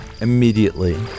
immediately